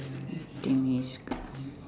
it's fifteen minutes